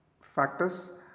factors